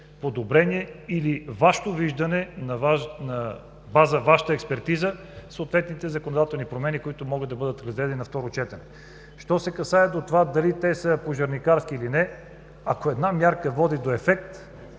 подобрение или Вашето виждате на базата на Вашата експертиза съответните законодателни промени, които могат да бъдат въведени на второ четене. Що се отнася до това дали са пожарникарски, или не, ако една мярка води до ефект,